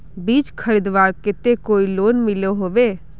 बीज खरीदवार केते कोई लोन मिलोहो होबे?